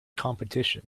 competition